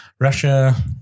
Russia